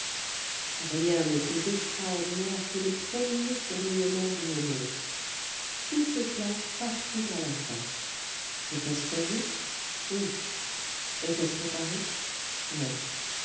rien n'est plus extraordinaire que le premier fourmillement d'une émeute tout éclate partout à la fois était-ce prévu oui était-ce préparé non